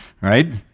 right